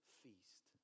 feast